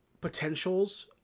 potentials